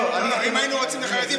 אם היינו רוצים לחרדים,